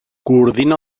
coordina